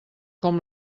com